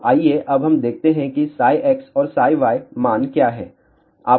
तो आइए अब देखते हैं कि x और y मान क्या हैं